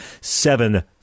seven